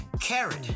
carrot